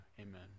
Amen